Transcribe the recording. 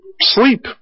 sleep